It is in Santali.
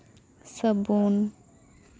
ᱥᱟᱹᱵᱩᱱ